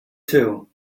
too